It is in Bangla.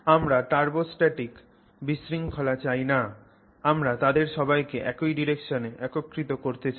আমরা টার্বোস্টাটিক বিশৃঙ্খলা চাই না আমরা তাদের সবাইকে একই ডাইরেকশনে একত্রিত করতে চাই